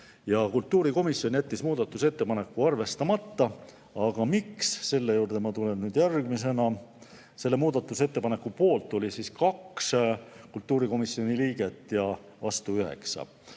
Kultuurikomisjon jättis muudatusettepaneku arvestamata, aga miks, selle juurde ma tulen nüüd järgmisena. Selle muudatusettepaneku poolt oli 2 kultuurikomisjoni liiget ja vastu 9.